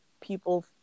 people